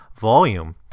volume